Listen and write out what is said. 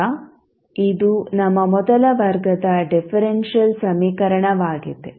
ಈಗ ಇದು ನಮ್ಮ ಮೊದಲ ವರ್ಗದ ಡಿಫೆರೆಂಶಿಯಲ್ ಸಮೀಕರಣವಾಗಿದೆ